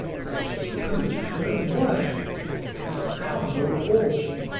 such as pollution of worship and carnal orgy.